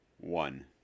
one